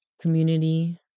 community